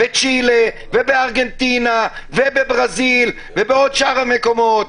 בצ'ילה, בארגנטינה, בברזיל ובעוד שאר מקומות.